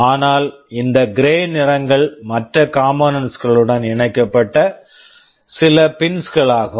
ஆனால் இந்த grey gray நிறங்கள் மற்ற காம்போனென்ட்ஸ் components களுடன் இணைக்கப்பட்ட சில பின்ஸ் pins களாகும்